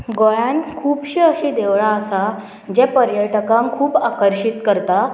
गोंयान खुबशीं अशीं देवळां आसा जे पर्यटकांक खूब आकर्शीत करता